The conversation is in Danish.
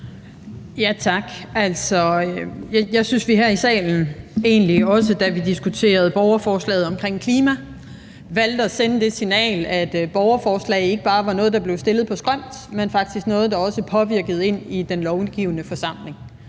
at sende det signal – også da vi diskuterede borgerforslaget omkring klima – at borgerforslag ikke bare er noget, der bliver stillet på skrømt, men faktisk er noget, der også påvirker ind i den lovgivende forsamling.